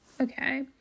Okay